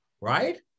right